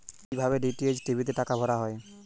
কি ভাবে DTH TV তে টাকা ভরা হয়?